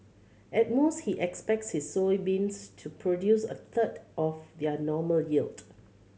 at most he expects his soybeans to produce a third of their normal yield